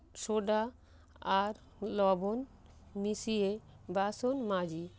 soda আর লবণ মিশিয়ে বাসন মাজি